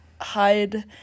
hide